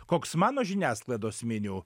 koks mano žiniasklaidos meniu